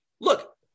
Look